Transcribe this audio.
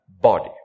body